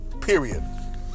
period